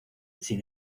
sin